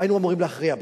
היינו אמורים להכריע בהן.